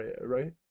right